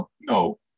no